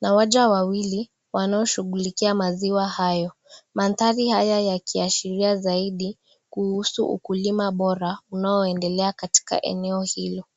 na waja wawili wanaoshughulikia maziwa hayo. Madhari haya yakiashiria zaidi kuhusu ukulima bora unaoendelea katika sehemu hiyo.